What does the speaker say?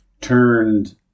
turned